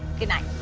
goodnight.